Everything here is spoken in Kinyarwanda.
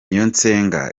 niyonsenga